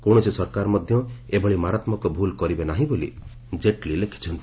କୌଣସି ସରକାର ମଧ୍ୟ ଏଭଳି ମାରାତ୍ମକ ଭୁଲ୍ କରିବେ ନାହିଁ ବୋଲି ଜେଟ୍ଲି ଲେଖିଛନ୍ତି